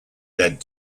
led